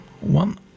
one